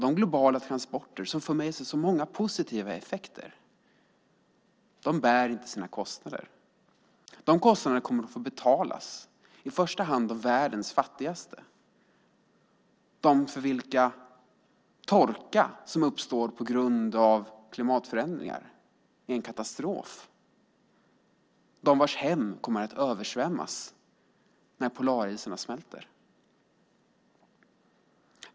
De globala transporter som för med sig så många positiva effekter bär inte sina kostnader. De kostnaderna kommer att få betalas i första hand av världens fattigaste, av dem för vilka torkan som uppstår på grund av klimatförändringar är en katastrof och av dem vars hem kommer att översvämmas när polarisarna smälter.